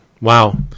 Wow